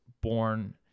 born